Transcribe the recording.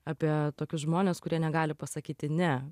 apie tokius žmones kurie negali pasakyti ne